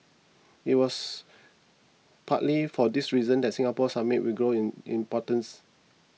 it was partly for this reason that Singapore Summit will grow in importance